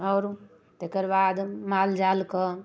आओर तकर बाद मालजालके